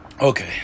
Okay